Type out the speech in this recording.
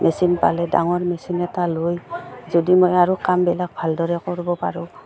machine পালে ডাঙৰ machine এটা লৈ যদি মই আৰু কামবিলাক ভালদৰে কৰিব পাৰোঁ